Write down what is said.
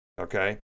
okay